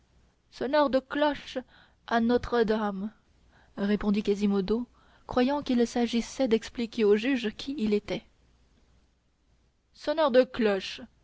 sonneur de cloches à notre-dame répondit quasimodo croyant qu'il s'agissait d'expliquer au juge qui il était sonneur de cloches